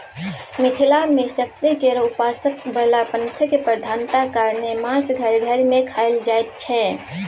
मिथिला मे शक्ति केर उपासक बला पंथक प्रधानता कारणेँ मासु घर घर मे खाएल जाइत छै